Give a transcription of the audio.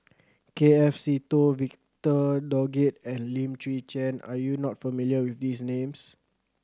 K F Seetoh Victor Doggett and Lim Chwee Chian are you not familiar with these names